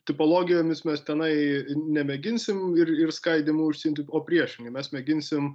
tipologijomis mes tenai nemėginsim ir ir skaidymu užsiimti o priešingai mes mėginsim